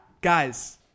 Guys